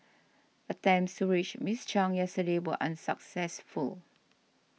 attempts to reach Miss Chung yesterday were unsuccessful